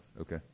Okay